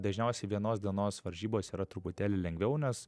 dažniausiai vienos dienos varžybos yra truputėlį lengviau nes